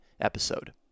episode